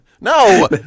No